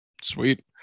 Sweet